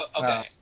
Okay